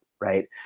right